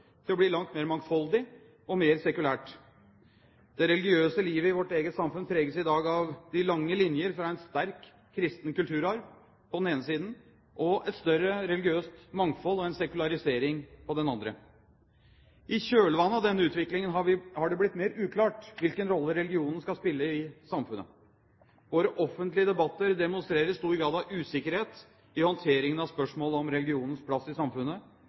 til å bli langt mer mangfoldig og mer sekulært. Det religiøse livet i vårt eget samfunn preges i dag av de lange linjer, fra en sterk kristen kulturarv på den ene siden til et større religiøst mangfold og sekularisering på den andre siden. I kjølvannet av denne utviklingen har det blitt mer uklart hvilken rolle religionen skal spille i samfunnet. Våre offentlige debatter demonstrerer stor grad av usikkerhet i håndteringen av spørsmål om religionens plass i samfunnet